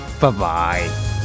Bye-bye